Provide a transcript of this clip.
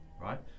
right